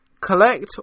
Collect